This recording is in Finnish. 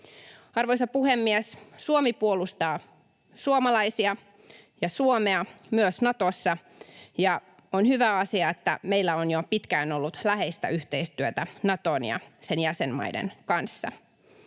Arvoisa puhemies! Suomi puolustaa suomalaisia ja Suomea myös Natossa, ja on hyvä asia, että meillä on jo pitkään ollut läheistä yhteistyötä Naton ja sen jäsenmaiden kanssa.